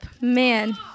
Man